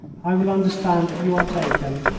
i will understand that you are taken,